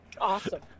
Awesome